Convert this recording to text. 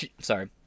Sorry